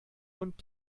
und